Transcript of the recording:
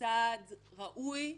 סעד ראוי,